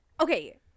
okay